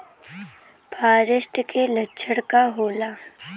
फारेस्ट के लक्षण का होला?